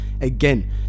again